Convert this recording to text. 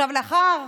לאחר